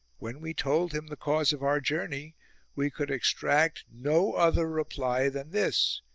when we told him the cause of our journey we could extract no other reply than this,